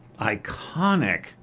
iconic